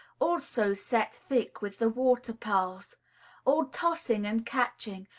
also set thick with the water-pearls all tossing and catching,